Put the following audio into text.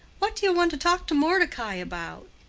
what do you want to talk to mordecai about?